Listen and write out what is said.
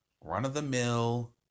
run-of-the-mill